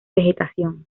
vegetación